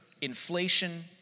inflation